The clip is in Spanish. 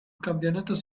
campeonatos